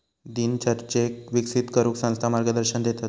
दिनचर्येक विकसित करूक संस्था मार्गदर्शन देतत